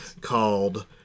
called